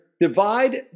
divide